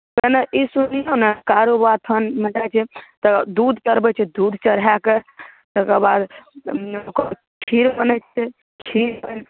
पहिने ई सुनिऔ ने कारूबाबा थानमे जाकऽ तऽ दूध चढ़बै छै दूध चढ़ाकऽ तकर बाद ओकर खीर बनै छै खीर बनिके